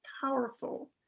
powerful